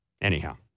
Anyhow